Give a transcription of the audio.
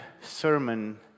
sermon